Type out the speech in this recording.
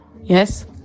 yes